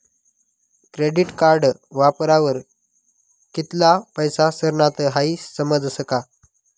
credit card वापरावर कित्ला पैसा सरनात हाई समजस का